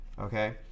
okay